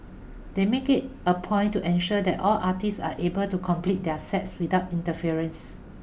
they make it a point to ensure that all artists are able to complete their sets without interference